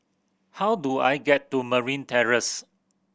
how do I get to Marine Terrace